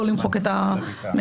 לא למחוק את המידע.